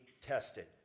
tested